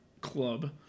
club